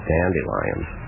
Dandelions